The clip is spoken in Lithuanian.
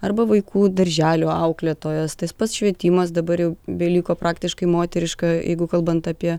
arba vaikų darželių auklėtojos tas pats švietimas dabar jau beliko praktiškai moteriška jeigu kalbant apie